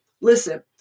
Listen